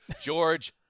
George